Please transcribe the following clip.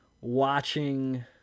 watching